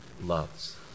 loves